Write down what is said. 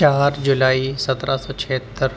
چار جولائی سترہ سو چھہتر